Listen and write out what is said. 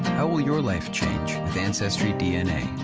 how will your life change with ancestry dna?